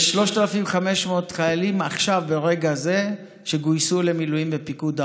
יש 3,500 חיילים ברגע זה שגויסו למילואים בפיקוד העורף.